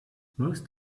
most